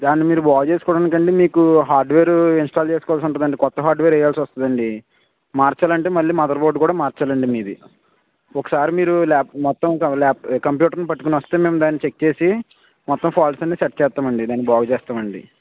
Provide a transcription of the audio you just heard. దాన్ని మీరు బాగు చేసుకోవడంకంటే మీకు హార్డ్వేర్ ఇన్స్టాల్ చేసుకోవాల్సి ఉంటాది అండి కొత్త హార్డ్వేర్ వెయ్యాల్సి వస్తుందండీ మార్చాలంటే మళ్ళీ మదర్బోర్డ్ కూడా మార్చాలండి మీది ఒకసారి మీరు లాప్ మొత్తం లాప్ కంప్యూటర్ని పట్టుకుని వస్తే మేము దాన్ని చెక్ చేసి మొత్తం ఫాల్ట్స్ అన్నీ సెట్ చేస్తామండీ దాన్ని బాగు చేస్తాంమండి